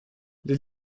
les